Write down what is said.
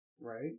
Right